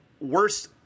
worst